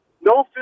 no